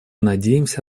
надеемся